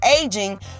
aging